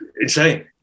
insane